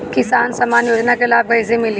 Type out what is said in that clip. किसान सम्मान योजना के लाभ कैसे मिली?